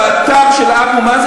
באתר של אבו מאזן,